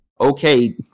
okay